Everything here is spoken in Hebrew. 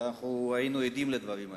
והיינו עדים לדברים האלה.